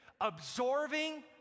absorbing